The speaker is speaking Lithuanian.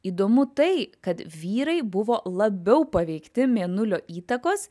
įdomu tai kad vyrai buvo labiau paveikti mėnulio įtakos